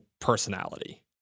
personality